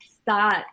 start